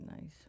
nice